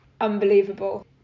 unbelievable